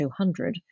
200